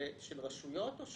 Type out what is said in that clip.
של רשויות או שלנו?